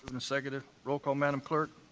and seconded. roll call, madam clerk.